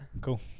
Cool